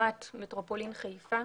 העצמת מטרופולין חיפה.